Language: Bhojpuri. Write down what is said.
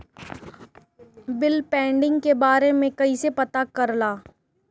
बिल पेंडींग के बारे में कईसे पता करब?